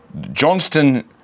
Johnston